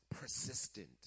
persistent